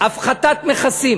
הפחתת מכסים